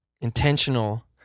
intentional